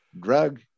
drug